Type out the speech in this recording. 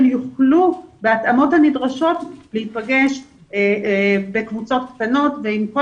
יוכלו בהתאמות הנדרשות להיפגש בקבוצות קטנות ועם כל